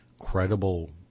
credible